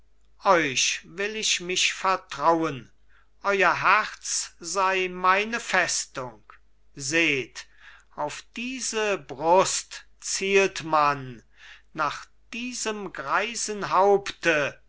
euch will ich mich vertrauen euer herz sei meine festung seht auf diese brust zielt man nach diesem greisen haupte